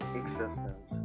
existence